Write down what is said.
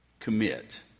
commit